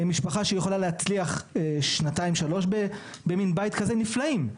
משפחה שיכולה להצליח שנתיים-שלוש במין בית כזה נפלאים.